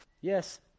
Yes